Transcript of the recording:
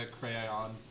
crayon